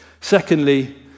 Secondly